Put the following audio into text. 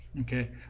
okay